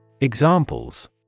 Examples